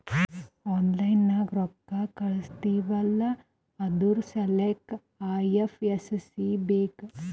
online ನಾಗ್ ರೊಕ್ಕಾ ಕಳುಸ್ತಿವ್ ಅಲ್ಲಾ ಅದುರ್ ಸಲ್ಲಾಕ್ ಐ.ಎಫ್.ಎಸ್.ಸಿ ಬೇಕ್